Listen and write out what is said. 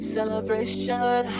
Celebration